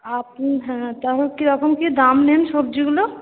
আপনি হ্যাঁ তা কিরকম কি দাম নেন সবজিগুলোর